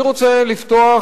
אני רוצה לפתוח,